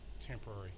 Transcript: temporary